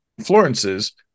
Florence's